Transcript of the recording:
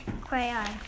crayon